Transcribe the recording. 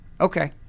okay